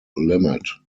limit